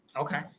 Okay